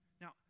Now